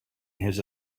his